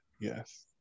yes